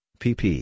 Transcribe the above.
pp